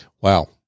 Wow